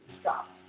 stop